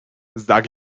sag